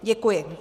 Děkuji.